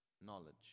knowledge